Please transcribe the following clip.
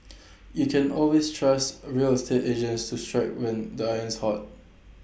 you can always trust A real estate agents to strike when the iron's hot